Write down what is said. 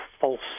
false